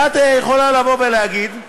ולכן, בגלל העלויות של 2 מיליארד שקלים,